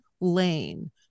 lane